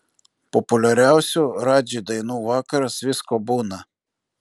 populiariausių radži dainų vakaras visko būna